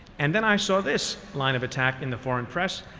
and then i saw this line of attack in the foreign press,